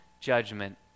judgment